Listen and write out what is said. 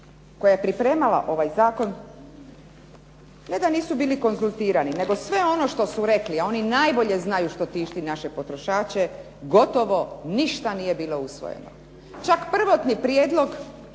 koja je pripremala ovaj zakon ne da nisu bili konzultirani nego sve ono što su rekli a oni najbolje znaju što tišti naše potrošače gotovo ništa nije bilo usvojeno. Čak prvotni prijedlog